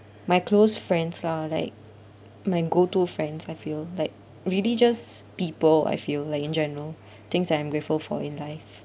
my close friends lah like my go to friends I feel like really just people I feel like in general things that I'm grateful for in life